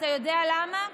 אתה יודע למה?